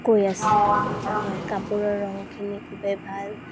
কৈ আছোঁ হয় কাপোৰৰ ৰঙখিনি খুবেই ভাল